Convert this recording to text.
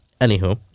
Anywho